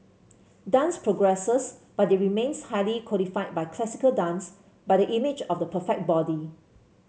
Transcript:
dance progresses but it remains highly codified by classical dance by the image of the perfect body